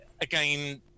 again